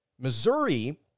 Missouri